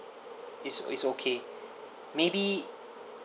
is is okay may be